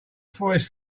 forest